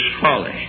folly